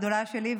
הגדולה שלי,